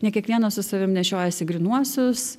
ne kiekvienas su savim nešiojasi grynuosius